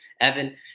evan